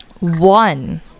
one